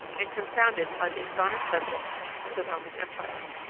and confounded by the astonished subjects of the roman empire.